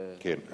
כן.